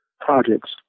projects